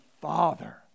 Father